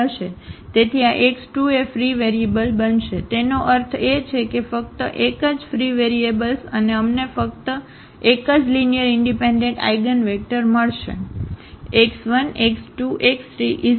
તેથી આ x2 એ ફ્રી વેરિયેબલ બનશે તેનો અર્થ એ છે કે ફક્ત એક જ ફ્રી વેરીએબલ્સઅને અમને ફક્ત એક જ લીનીઅરઇનડિપેન્ડન્ટ આઇગનવેક્ટર મળશે